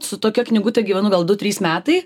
su tokia knygute gyvenu gal du trys metai